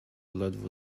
ledwo